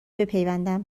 بپیوندم